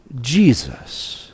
Jesus